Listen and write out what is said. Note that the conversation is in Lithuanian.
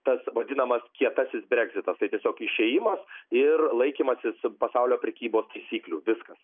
tas vadinamas kietasis breksitas tai tiesiog išėjimas ir laikymasis pasaulio prekybos taisyklių viskas